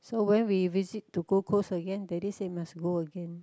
so when we visit to Gold Coast again daddy said must go again